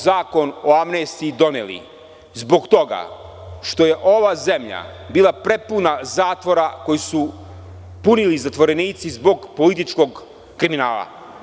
Zakon o amnestiji smo doneli zbog toga što je ova zemlja bila prepuna zatvora koje su punili zatvorenici zbog političkog kriminala.